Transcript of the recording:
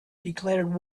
declared